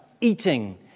eating